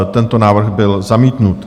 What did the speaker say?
Tento návrh byl zamítnut.